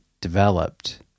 developed